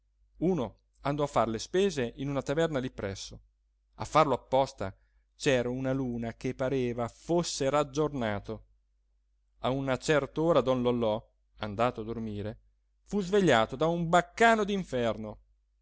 uno andò a far le spese in una taverna lì presso a farlo apposta c'era una luna che pareva fosse raggiornato a una cert'ora don lollò andato a dormire fu svegliato da un baccano